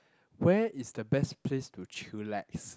where is the best place to chillax